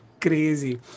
crazy